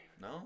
No